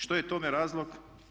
Što je tome razlog?